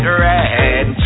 red